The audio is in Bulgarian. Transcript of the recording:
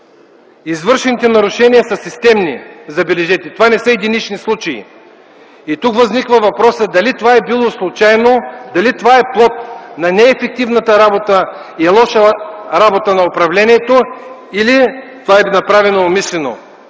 Извършените нарушения са системни. Забележете, това не са единични случаи и тук възниква въпросът дали това е било случайно, дали това е плод на неефективната работа, лошо управление или това е направено умишлено.